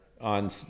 on